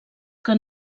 que